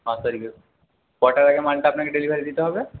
ছ তারিখে কটার আগে মালটা আপনাকে ডেলিভারি দিতে হবে